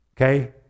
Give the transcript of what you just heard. Okay